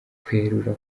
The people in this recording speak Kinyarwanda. kwerura